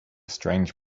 strange